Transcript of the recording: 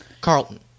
Carlton